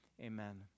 amen